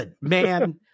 man